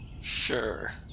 Sure